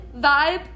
vibe